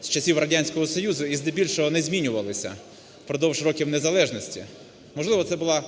з часів Радянського Союзу і здебільшого не змінювалися впродовж років незалежності. Можливо, це була